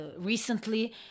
recently